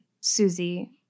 Susie